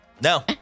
No